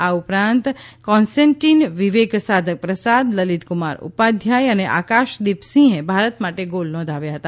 આ ઉપરાંત કોન્સ્ટેટીન વિવેક સાધક પ્રસાદ લલીત કુમાર ઉપાધ્યાય અને આકાશદીપસિંહે ભારત માટે ગોલ નોંધાવ્યા હતા